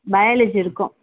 biology இருக்கும்